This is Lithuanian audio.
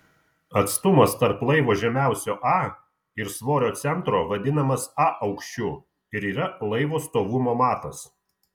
atstumas tarp laivo žemiausio a ir svorio centro vadinamas a aukščiu ir yra laivo stovumo matas